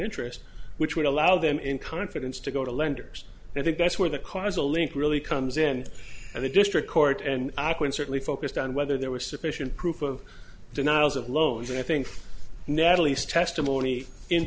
interest which would allow them in confidence to go to lenders and i think that's where the causal link really comes in and the district court and i can certainly focused on whether there was sufficient proof of denials of loans and i think natalie's testimony in